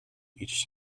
each